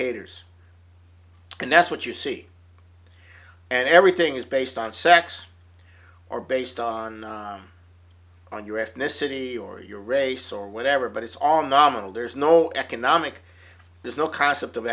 haters and that's what you see and everything is based on sex or based on on your ethnicity or your race or whatever but it's all nominal there's no economic there's no concept of